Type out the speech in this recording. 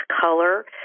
color